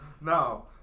No